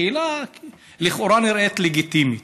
השאלה לכאורה נראית לגיטימית,